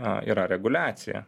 a yra reguliacija